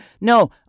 No